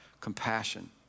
compassion